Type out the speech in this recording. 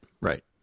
Right